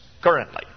currently